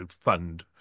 fund